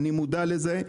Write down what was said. אני מודע לזה,